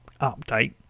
update